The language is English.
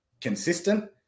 consistent